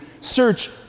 search